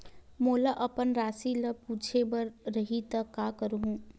मोला अपन राशि ल पूछे बर रही त का करहूं?